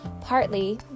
Partly